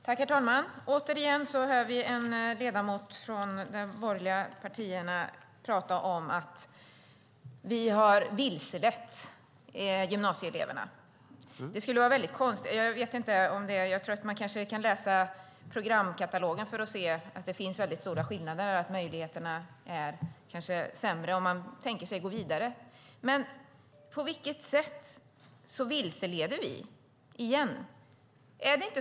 Herr talman! Återigen hör vi en ledamot från de borgerliga partierna tala om att vi har vilselett gymnasieeleverna. Det skulle vara konstigt om vi hade gjort det. Jag tror att det räcker att läsa programkatalogen för att se att det finns stora skillnader och att möjligheterna är sämre på en del program om man tänker sig att gå vidare. På vilket sätt vilseleder vi?